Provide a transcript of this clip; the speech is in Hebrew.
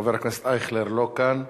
חבר הכנסת אייכלר, לא כאן,